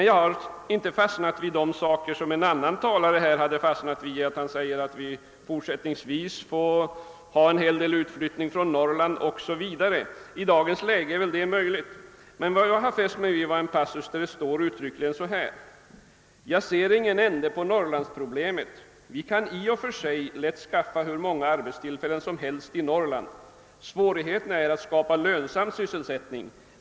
Jag har inte -— i motsats till en annan talare — fastnat för vad Bertil Olsson sade om att vi fortsättningsvis får räkna med en del utflyttning från Norrland 0. s. v. Det är väl i dagens läge möjligt. Vad jag fäst mig vid är följande passus: >Jag ser ingen ände på Norrlandsproblemet. Vi kan i och för sig lätt skaffa hur många arbetstillfällen som helst i Norrland. Svårigheten är att skapa lönsam sysselsättning.